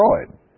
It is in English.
destroyed